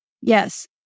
Yes